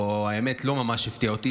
או למען האמת לא ממש הפתיע אותי,